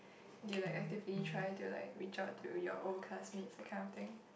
do you like actively try to like reach out to your old classmates that kind of thing